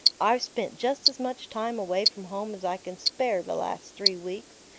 i've spent just as much time away from home as i can spare the last three weeks,